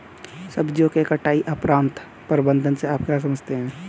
सब्जियों के कटाई उपरांत प्रबंधन से आप क्या समझते हैं?